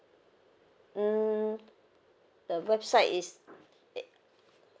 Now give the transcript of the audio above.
mm the website is it